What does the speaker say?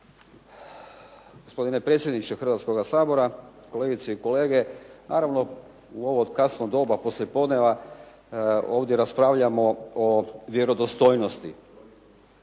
Gospodine predsjedniče Hrvatskoga sabora, kolegice i kolege. Naravno, u ovo kasno doba poslijepodneva ovdje raspravljamo o vjerodostojnosti.